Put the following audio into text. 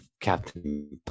Captain